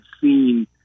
seen